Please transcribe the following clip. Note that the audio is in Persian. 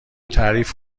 تعریف